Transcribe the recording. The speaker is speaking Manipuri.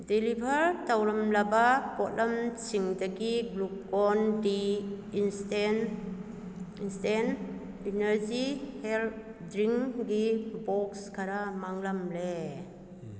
ꯗꯦꯂꯤꯚꯔ ꯇꯧꯔꯝꯂꯕ ꯄꯣꯠꯂꯝꯁꯤꯡꯗꯒꯤ Glucon D instant instant energy health ꯗ꯭ꯔꯤꯡꯒꯤ ꯕꯣꯛꯁ ꯈꯔ ꯃꯥꯡꯂꯝꯂꯦ